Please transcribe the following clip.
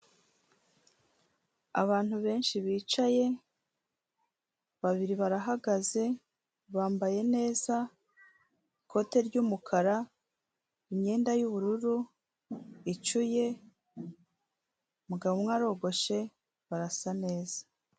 Abantu benshi bicaye, babiri barahagaze, bambaye neza, ikote ry'umukara, imyenda y'ubururu, icuye, umugabo umwe arogoshe, barasa neza.